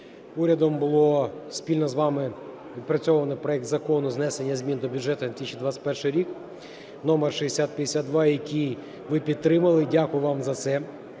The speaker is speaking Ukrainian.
урядом було спільно з вами відпрацьовано проект Закону з внесення змін до бюджету на 2021 рік, № 6052, який ви підтримали, дякую вам за це.